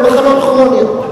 זה למחלות כרוניות.